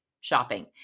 shopping